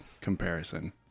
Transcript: comparison